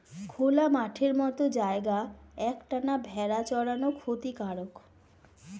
খোলা মাঠের মত জায়গায় এক টানা ভেড়া চরানো ক্ষতিকারক